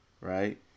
right